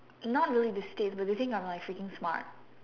not really this kid but they think I'm like freaking smart